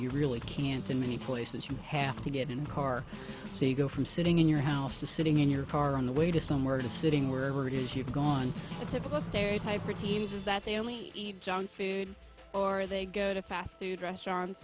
you really can't in many places from half to get in car see go from sitting in your house to sitting in your car on the way to somewhere to sitting wherever it is you've gone a typical stereotype for teams is that they only eat junk food or they go to fast food restaurants